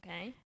Okay